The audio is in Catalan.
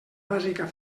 bàsica